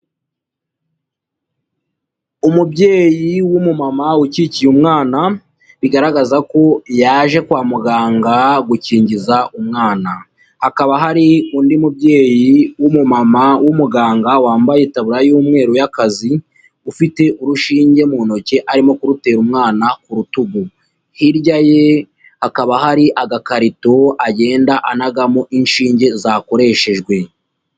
Umubyeyi w'umumama ukikiye umwana, bigaragaza ko yaje kwa muganga gukingiza umwana, hakaba hari undi mubyeyi w'umumama w'umuganga wambaye tabura y'umweru y'akazi, ufite urushinge mu ntoki arimo kurutera umwana ku rutugu, hirya ye hakaba hari agakarito agenda anagamo inshinge zakoreshejwe.